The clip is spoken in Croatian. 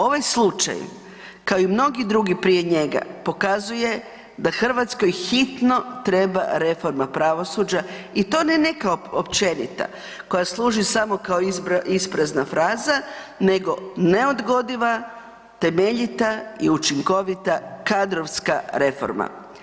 Ovaj slučaj kao i mnogi drugi prije njega pokazuje da Hrvatskoj hitno treba reforma pravosuđa i to ne neka općenita koja služi samo kao isprazna fraza nego neodgodiva, temeljita i učinkovita kadrovska reforma.